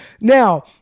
Now